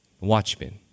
Watchmen